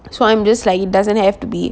so I'm just like it doesn't have to be